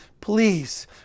please